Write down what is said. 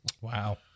Wow